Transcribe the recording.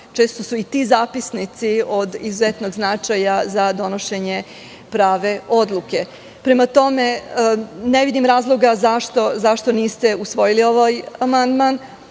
Često su i ti zapisnici od izuzetnog značaja za donošenje prave odluke. Prema tome, ne vidim razloga zašto niste usvojili ovaj amandman,